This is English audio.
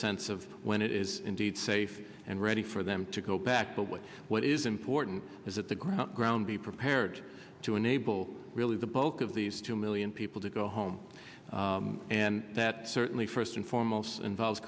sense of when it is indeed safe and ready for them to go back but what is important is that the ground ground be prepared to enable really the bulk of these two million people to go home and that certainly first and foremost involves